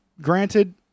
granted